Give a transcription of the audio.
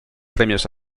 premios